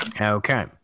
Okay